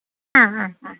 ആ ആ ആ